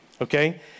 okay